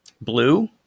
blue